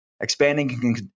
expanding